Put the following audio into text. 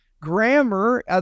Grammar